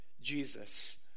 Jesus